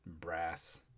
brass